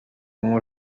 umwe